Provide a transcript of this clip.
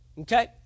Okay